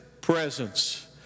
presence